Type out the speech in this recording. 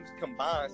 combined